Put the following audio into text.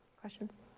Questions